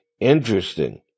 interesting